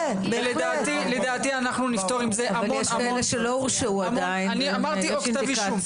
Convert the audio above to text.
ולדעתי אנחנו נפטור עם זה המון --- אמרתי או כתב אישום.